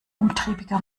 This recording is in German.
umtriebiger